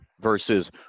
versus